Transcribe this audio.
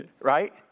Right